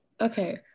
okay